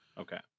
Okay